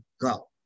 go